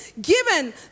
given